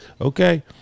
Okay